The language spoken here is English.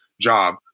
job